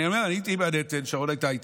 הייתי במנהטן, שרון הייתה איתי.